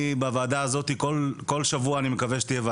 בוועדה הזו כל שבוע אני מקווה שיתקיים דיון